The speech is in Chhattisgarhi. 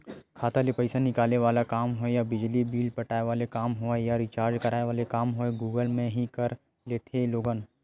खाता ले पइसा निकाले वाले काम होय या बिजली बिल पटाय वाले काम होवय या रिचार्ज कराय वाले काम होवय गुगल पे म ही कर लेथे लोगन